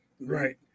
Right